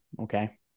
Okay